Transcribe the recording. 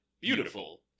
beautiful